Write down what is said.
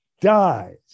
dies